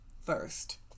first